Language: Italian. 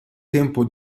tempo